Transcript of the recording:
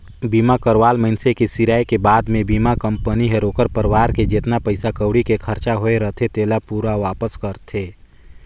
बीमा करवाल मइनसे के सिराय के बाद मे बीमा कंपनी हर ओखर परवार के जेतना पइसा कउड़ी के खरचा होये रथे तेला पूरा वापस करथे